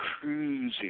cruising